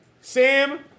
Sam